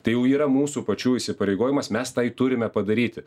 tai jau yra mūsų pačių įsipareigojimas mes tai turime padaryti